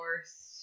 worst